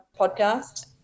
podcast